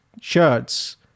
Shirts